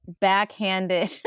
backhanded